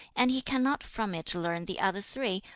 and he cannot from it learn the other three,